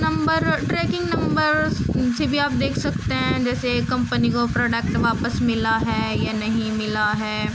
number tracking number سے بھی آپ دیکھ سکتے ہیں جیسے کمپنی کو پروڈکٹ واپس ملا ہے یا نہیں ملا ہے